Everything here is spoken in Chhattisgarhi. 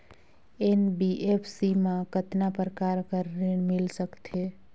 एन.बी.एफ.सी मा कतना प्रकार कर ऋण मिल सकथे?